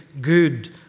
good